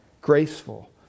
graceful